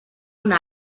una